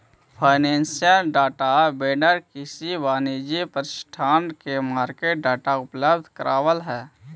financial data vendor किसी वाणिज्यिक प्रतिष्ठान के मार्केट डाटा उपलब्ध करावऽ हइ